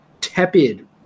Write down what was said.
tepid